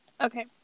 Okay